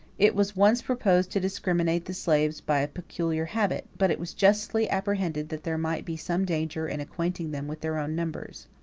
it was once proposed to discriminate the slaves by a peculiar habit but it was justly apprehended that there might be some danger in acquainting them with their own numbers.